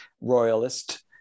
royalist